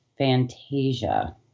Fantasia